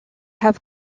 have